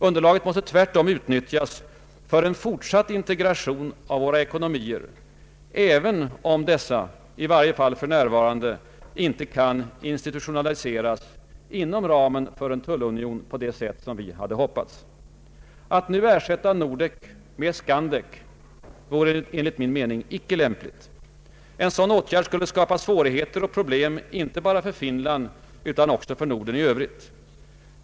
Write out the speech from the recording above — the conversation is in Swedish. Underlaget måste tvärtom utnyttjas för en fortsatt integration av våra ekonomier, även om dessa — i varje fall för närvarande — icke kan institutionaliseras inom ramen för en tullunion på det sätt vi hade hoppats. Att nu ersätta Nordek med ett Skandek vore enligt min mening icke lämpligt. En sådan åtgärd skulle skapa svårigheter och problem, inte bara för Finland utan också för Norden i övrigt.